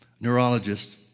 neurologist